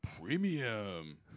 Premium